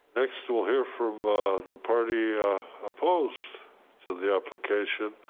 next we'll hear from the party opposed to the application,